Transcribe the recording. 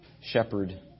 shepherd